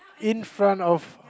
in front of